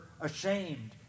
ashamed